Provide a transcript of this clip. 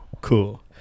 cool